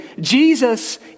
Jesus